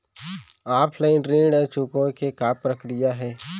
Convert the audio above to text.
Offline ऋण चुकोय के का प्रक्रिया हे?